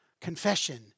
Confession